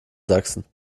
sachsen